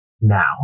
now